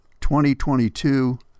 2022